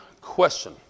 question